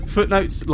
footnotes